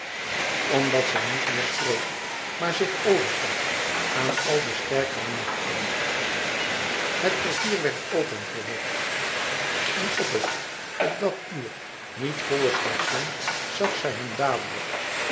omdat zij niet meer streed maar zich overgaf aan al de sterkere machten het portier werd opengerukt en op het op dat uur niet volle station zag zij hem dadelijk